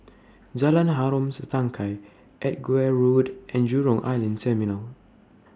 Jalan Harom Setangkai Edgware Road and Jurong Island Terminal